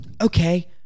Okay